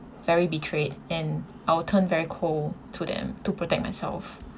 very betrayed and I'll turn very cold to them to protect myself